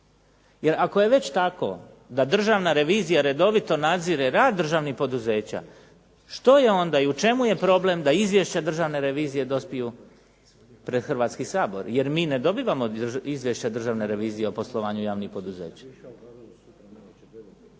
Jer ako je već tako da državna revizija redovito nadzire rad državnih poduzeća, što je onda i u čemu je problem da izvješća državne revizije dospiju pred Hrvatski sabor? Jer mi ne dobivamo izvješća državne revizije o poslovanju javnih poduzeća.